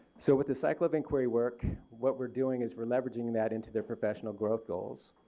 so with the cycle of inquiry work, what we're doing is we're leveraging that into their professional growth goals.